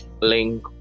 link